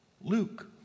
Luke